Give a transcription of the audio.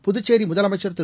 புதுச்சேிமுதலமைச்ச் திரு